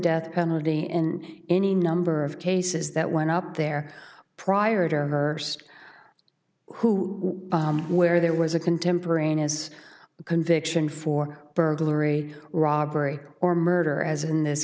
death penalty in any number of cases that went up there prior to her who or where there was a contemporaneous conviction for burglary robbery or murder as in this